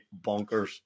bonkers